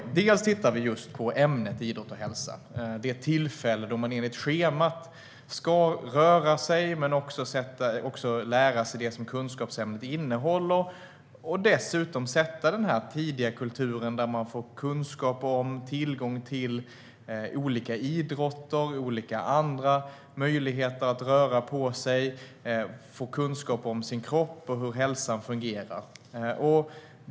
Bland annat tittar vi på just ämnet idrott och hälsa. Det är de tillfällen då eleverna enligt schemat ska röra sig och även lära sig det kunskapsämnet innehåller. Dessutom ska man sätta den tidiga kulturen där eleverna får kunskap om och tillgång till olika idrotter och andra möjligheter att röra på sig. De ska få kunskap om sin kropp och om hur hälsan fungerar.